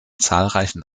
zahlreichen